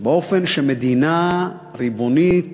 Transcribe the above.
באופן שמדינה ריבונית